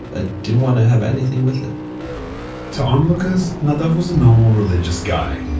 ah didn't want to have anything with it to onlookers, nadav was a normal religious guy.